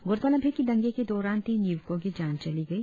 गौरतलब है कि दंगे के दौरान तीन यूवकों की जान चली गई